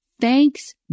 Thanks